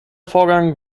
vorgang